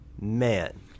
Man